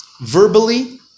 verbally